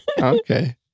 Okay